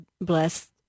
bless